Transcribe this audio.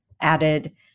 added